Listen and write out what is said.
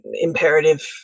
imperative